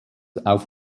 auf